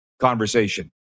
conversation